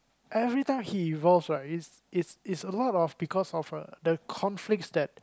every time he evolves right it's it's it's a lot of because of the conflicts that